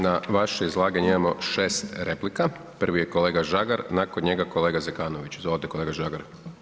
Na vaše izlaganje imamo 6 replika, prvi je kolega Žagar, nakon njega kolega Zekanović, izvolite kolega Žagar.